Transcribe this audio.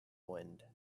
wind